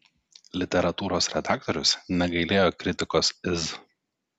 literatūros redaktorius negailėjo kritikos iz